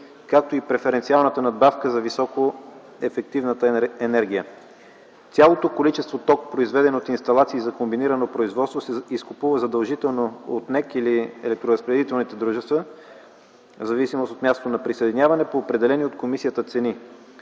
както и преференциалната добавка за високоефективната електроенергия. Цялото количество ток, произведен от инсталации за комбинирано производство, се изкупува задължително от НЕК или от електроразпределителните дружества в зависимост от мястото на присъединяване по определени от комисията цени.